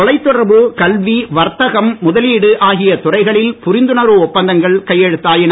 தொலைதொடர்பு கல்வி வர்த்தகம் முதலீடு ஆகிய துறைகளில் புரிந்துணர்வு ஒப்பந்தங்கள் கையெழுத்தாயின